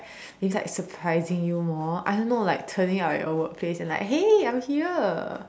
it's like surprising you more I don't know like turning up at your work place and like hey I'm here